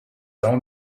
own